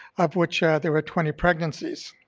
of which there were twenty pregnancies.